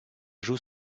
joue